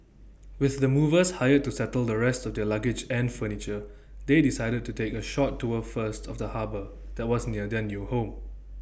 with the movers hired to settle the rest of their luggage and furniture they decided to take A short tour first of the harbour that was near their new home